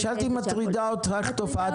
אני שאלתי אם מטרידה אותך תופעת